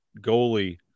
goalie